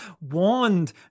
wand